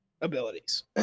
abilities